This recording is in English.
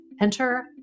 Enter